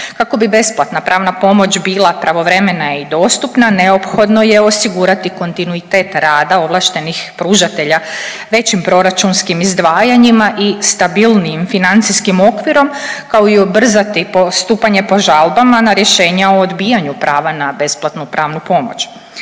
Kako bi besplatna pravna pomoć bila pravovremena i dostupna neophodno je osigurati kontinuitet rada ovlaštenih pružatelja većim proračunskim izdvajanjima i stabilnijim financijskim okvirom kao i ubrzati postupanje po žalbama na rješenja o odbijanju prava na besplatnu pravnu pomoć.